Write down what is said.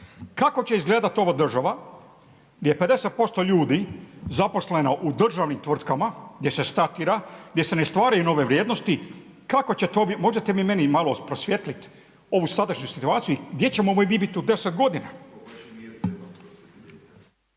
Kako će izgledati ova država gdje je 50% ljudi zaposleno u državnim tvrtkama gdje se statira, gdje se ne stvaraju nove vrijednosti. Kako će to? Možete li vi meni malo prosvijetliti ovu sadašnju situaciju i gdje ćemo mi bit u 10 godina?